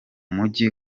mujyi